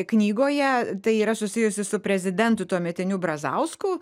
knygoje tai yra susijusi su prezidentu tuometiniu brazausku